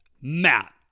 Matt